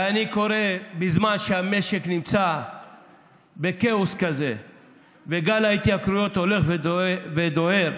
ואני קורא שבזמן שהמשק נמצא בכאוס כזה וגל ההתייקרויות הולך ודוהר,